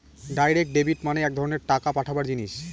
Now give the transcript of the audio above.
direct debit মানে এক ধরনের টাকা পাঠাবার জিনিস